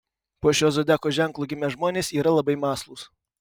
po šiuo zodiako ženklu gimę žmonės yra labai mąslūs